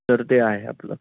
तर ते आहे आपलं